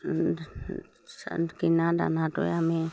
কিনা দানাটোৱে আমি